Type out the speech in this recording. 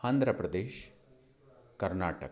Andhra Pradesh Karnataka